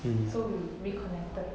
so we reconnected